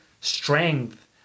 Strength